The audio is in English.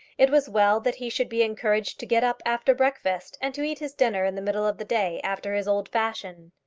it was well that he should be encouraged to get up after breakfast, and to eat his dinner in the middle of the day after his old fashion.